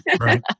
right